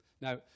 Now